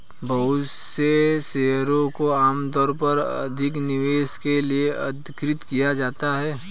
बहुत से शेयरों को आमतौर पर अधिक निवेश के लिये उद्धृत किया जाता है